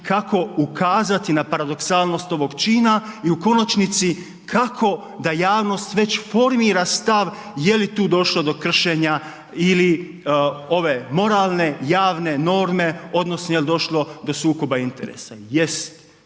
kako ukazati na paradoksalnost ovog čina i u konačnici, kako da javnost već formira stav je li tu došlo do kršenja ili ove moralne, javne norme odnosno je li došlo do sukoba interesa.